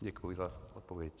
Děkuji za odpověď.